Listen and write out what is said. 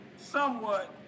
somewhat